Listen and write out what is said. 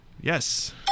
Yes